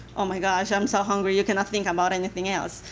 oh, my gosh, i'm so hungry. you cannot think about anything else.